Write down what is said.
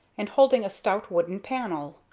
and holding a stout wooden panel.